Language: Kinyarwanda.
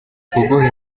kuguha